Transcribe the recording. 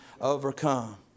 overcome